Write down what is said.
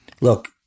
Look